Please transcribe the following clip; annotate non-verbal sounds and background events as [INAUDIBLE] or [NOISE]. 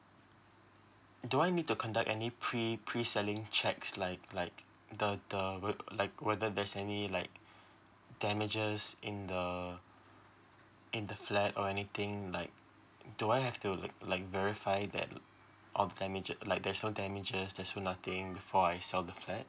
do I need to conduct any pre pre selling checks like like the the whe~ like whether there's any like [BREATH] damages in the in the flat or anything like do I have to like like verify that all the damages like there's no damages there's no nothing before I sell the flat